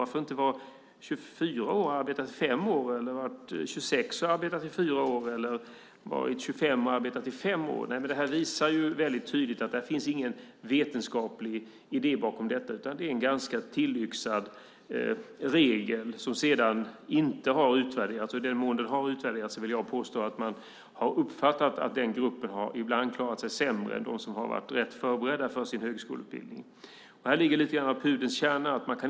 Varför kan man inte vara 24 år och ha arbetat i fem år, 26 år och ha arbetat i fyra år eller 25 år och ha arbetat i fem år? Det är tydligt att det inte finns någon vetenskaplig idé bakom detta. Det är en tillyxad regel som inte har utvärderats. I den mån den har utvärderats vill jag påstå att den gruppen ibland har klarat sig sämre än de som har varit rätt förberedda för sin högskoleutbildning. Här har vi något av pudelns kärna.